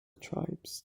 tribes